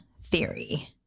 theory